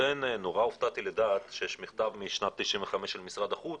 נורא הופתעתי לדעת שיש מכתב משנת 95' של משרד החוץ